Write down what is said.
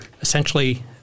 Essentially